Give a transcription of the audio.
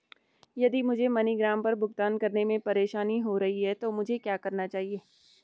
यदि मुझे मनीग्राम पर भुगतान करने में परेशानी हो रही है तो मुझे क्या करना चाहिए?